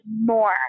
more